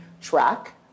track